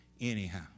anyhow